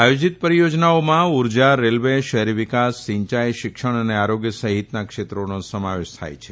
આયોજિત પરિયોજનાઓમાં ઉર્જા રેલવે શહેરીવિકાસ સિંચાઇ શિક્ષણ અને આરોગ્ય સહિતના ક્ષેત્રોનો સમાવેશ થાય છે